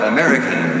American